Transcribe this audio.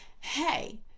hey